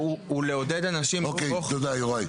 יוראי.